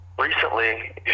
Recently